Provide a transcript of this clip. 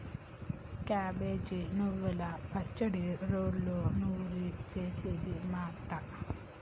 cabbage నువ్వల పచ్చడి రోట్లో నూరి చేస్తది మా అత్త